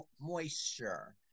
Moisture